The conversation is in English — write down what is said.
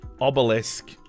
obelisk